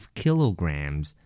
kilograms